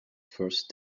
first